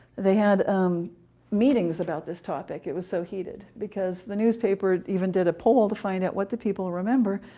they had meetings about this topic it was so heated, because the newspaper even did a poll to find out what do people remember.